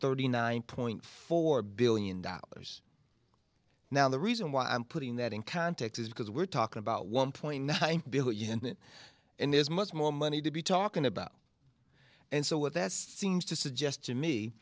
thirty nine point four billion dollars now the reason why i'm putting that in context is because we're talking about one point nine billion and there's much more money to be talking about and so what that seems to suggest to me